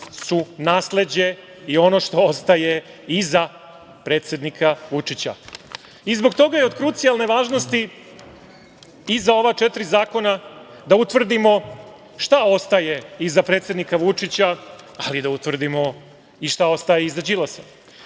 su nasleđe i ono što ostaje iza predsednika Vučića. Zbog toga je od krucijalne važnosti i za ova četiri zakona da utvrdimo šta ostaje iza predsednika Vučića, ali i da utvrdimo i šta ostaje iza Đilasa. Naime,